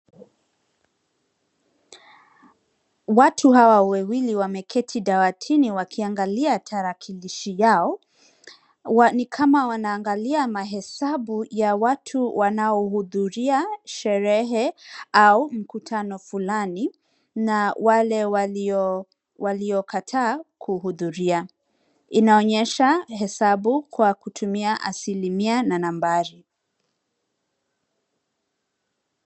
Watu Hawa wawili wameketi dawatini wakiangalia tarakilishi yao. Ni kama wanaangalia mahesabu ya watu wanaohudhuria sherehe au mkutano fulani na wale waliokataa kuhudhuria. Inaonyesha hesabu kwa kutumia asilimia na nambari.